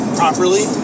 properly